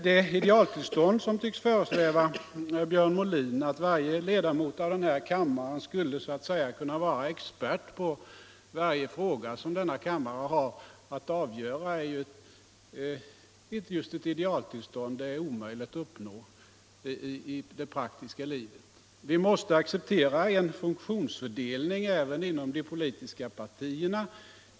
Det idealtillstånd som tycks föresväva herr Molin, nämligen att varje ledamot av denna kammare skulle vara expert på varje fråga som denna kammare har att avgöra, är omöjligt att uppnå i det praktiska livet. Vi måste acceptera en funktionsfördelning även inom de politiska partierna.